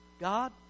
God